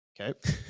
okay